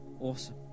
awesome